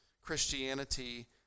Christianity